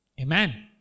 Amen